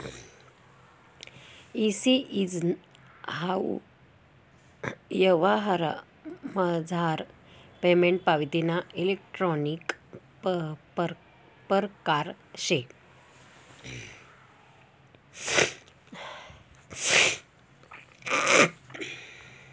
E C S हाऊ यवहारमझार payment पावतीना इलेक्ट्रानिक परकार शे